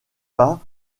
pas